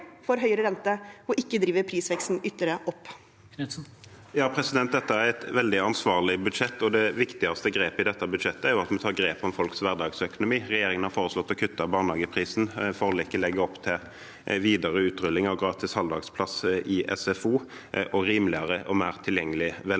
(A) Dette er et veldig an- svarlig budsjett, og det viktigste grepet i dette budsjettet er at vi tar grep om folks hverdagsøkonomi. Regjeringen har foreslått å kutte barnehageprisen. Forliket legger opp til videre utrulling av gratis halvdagsplass i SFO og rimeligere og mer tilgjengelig velferd.